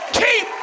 keep